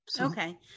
okay